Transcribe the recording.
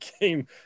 game